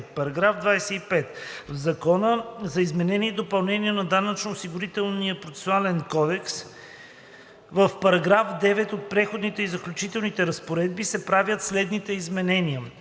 § 25: „§ 25. В Закона за изменение и допълнение на Данъчно осигурителния процесуален кодекс (обн., ДВ, бр. …) в § 9 от преходните и заключителните разпоредби се правят следните изменения: